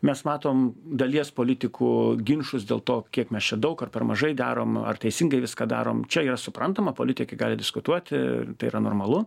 mes matom dalies politikų ginčus dėl to kiek mes čia daug ar per mažai darom ar teisingai viską darom čia yra suprantama politikai gali diskutuoti tai yra normalu